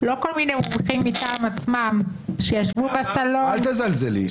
לא כל מיני מומחים מטעם עצמם שישבו בסלון --- אל תזלזלי.